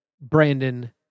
Brandon